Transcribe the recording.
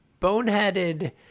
boneheaded